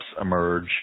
emerge